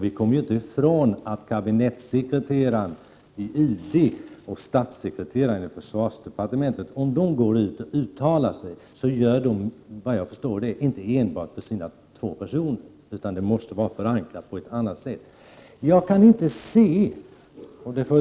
Man kommer ju inte ifrån att om kabinettssekreteraren i UD och statssekreteraren i försvarsdepartementet går ut och uttalar sig, så gör de inte det enbart på sina två personers vägnar, utan deras uttalande måste vara förankrat på ett annat sätt.